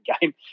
game